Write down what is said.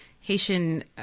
Haitian